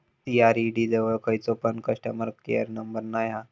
CRED जवळ खयचो पण कस्टमर केयर नंबर नाय हा